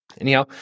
Anyhow